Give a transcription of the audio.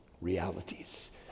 Realities